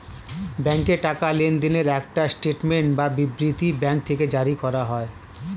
ব্যাংকে টাকা লেনদেনের একটা স্টেটমেন্ট বা বিবৃতি ব্যাঙ্ক থেকে জারি করা হয়